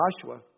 Joshua